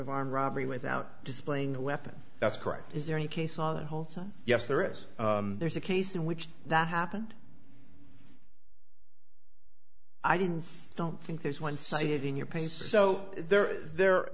of armed robbery without displaying a weapon that's correct is there any case law the whole time yes there is there's a case in which that happened i didn't i don't think there's one sided in your pain so they're they're